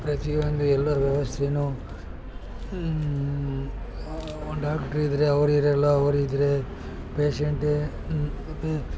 ಪ್ರತಿ ಒಂದು ಎಲ್ಲ ವ್ಯವಸ್ಥೆಯೂ ಒಂದು ಡಾಕ್ಟ್ರ್ ಇದ್ದರೆ ಅವ್ರು ಇರೋಲ್ಲ ಅವರಿದ್ರೆ ಪೇಶೆಂಟ್